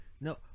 No